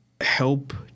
help